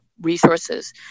resources